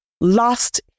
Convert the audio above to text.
lost